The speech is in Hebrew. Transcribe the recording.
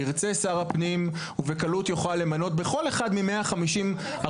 ירצה שר הפנים ובקלות יוכל למנות בכל אחת מ-150 הרשויות